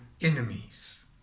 enemies